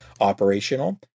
operational